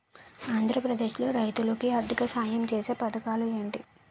ఆంధ్రప్రదేశ్ లో రైతులు కి ఆర్థిక సాయం ఛేసే పథకాలు ఏంటి?